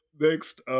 next